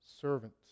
servant